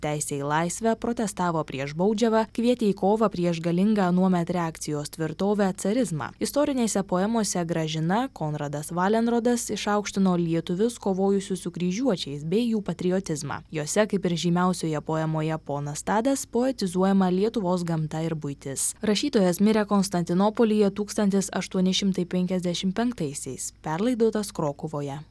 teisę į laisvę protestavo prieš baudžiavą kvietė į kovą prieš galingą anuomet reakcijos tvirtovę carizmą istorinėse poemose gražina konradas valenrodas išaukštino lietuvius kovojusius su kryžiuočiais bei jų patriotizmą jose kaip ir žymiausioje poemoje ponas tadas poetizuojama lietuvos gamta ir buitis rašytojas mirė konstantinopolyje tūkstantis aštuoni šimtai penkiasdešim penktaisiais perlaidotas krokuvoje